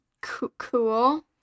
cool